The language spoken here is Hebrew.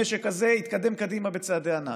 המשק הזה יתקדם קדימה בצעדי ענק.